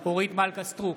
בהצבעה אורית מלכה סטרוק,